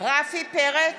רפי פרץ,